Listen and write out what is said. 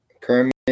Kermit